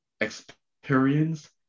experience